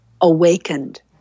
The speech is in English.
awakened